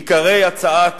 עיקרי הצעת